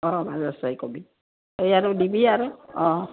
অঁ মাজ এই আৰু দিবি আৰু অঁ